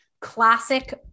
classic